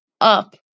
up